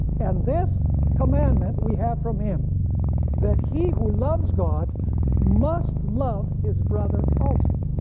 and this commandment we have from him that he who loves god must love his brother also.